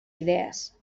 idees